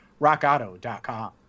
rockauto.com